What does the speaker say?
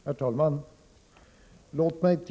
Herr talman!